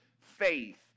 faith